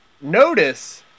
Notice